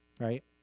Right